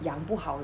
养不好